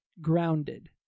Grounded